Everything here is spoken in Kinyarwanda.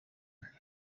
nti